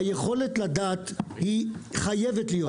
הרי היכולת לדעת היא חייבת להיות.